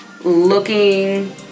looking